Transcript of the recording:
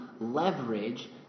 leverage